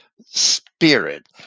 spirit